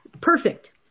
Perfect